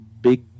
big